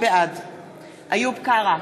בעד איוב קרא,